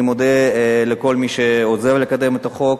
אני מודה לכל מי שעוזר לקדם את החוק.